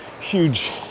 huge